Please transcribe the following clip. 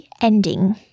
ending